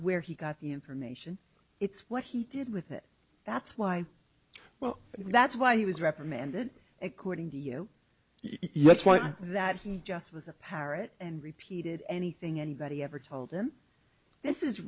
where he got the information it's what he did with it that's why well that's why he was reprimanded according to you yes white that he just was a parrot and repeated anything anybody ever told him this is